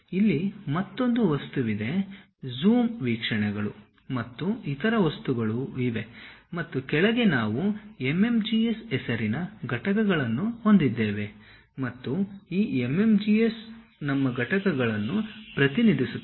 ಇಲ್ಲಿ ಮತ್ತೊಂದು ವಸ್ತುವಿದೆ ಜೂಮ್ ವೀಕ್ಷಣೆಗಳು ಮತ್ತು ಇತರ ವಸ್ತುಗಳು ಇವೆ ಮತ್ತು ಕೆಳಗೆ ನಾವು MMGS ಹೆಸರಿನ ಘಟಕಗಳನ್ನು ಹೊಂದಿದ್ದೇವೆ ಮತ್ತು ಈ MMGS ನಮ್ಮ ಘಟಕಗಳನ್ನು ಪ್ರತಿನಿಧಿಸುತ್ತದೆ